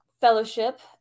Fellowship